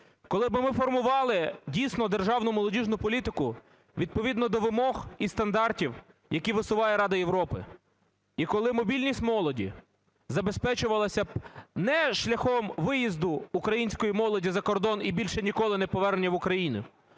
коли би ми формували дійсно державну молодіжну політику відповідно до вимог і стандартів, які висуває Рада Європи, і коли мобільність молоді забезпечувалася б не шляхом виїзду української молоді за кордон і більше ніколи неповернення в Україну,